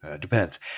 Depends